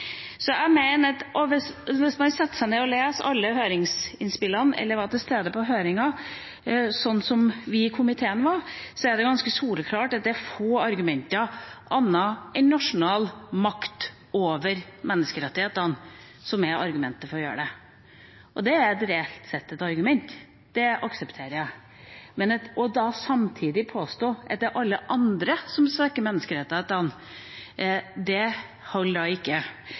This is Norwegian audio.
Jeg mener at hvis man setter seg ned og leser alle høringsinnspillene, eller var til stede på høringen, sånn som vi i komiteen var, så er det ganske soleklart at det er få argumenter annet enn nasjonal makt over menneskerettighetene for å gjøre det. Det er reelt sett et argument, det aksepterer jeg, men da samtidig å påstå at det er alle andre som svekker menneskerettighetene, det holder ikke,